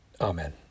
Amen